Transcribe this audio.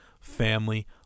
Family